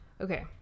Okay